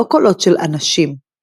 לא קולות של אנשים —